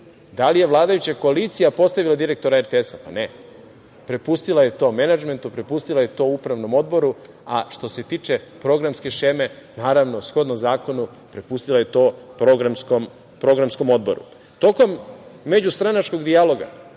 Da li je vladajuća koalicija postavila direktora RTS-a? Ne. Prepustila je to menadžmentu, prepustila je to upravnom odboru, a što se tiče programske šeme, naravno, shodno zakonu, prepustila je to programskom odboru. Tokom međustranačkog dijaloga